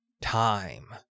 time